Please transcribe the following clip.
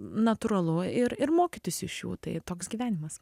natūralu ir ir mokytis iš jų tai toks gyvenimas